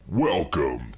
Welcome